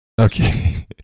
Okay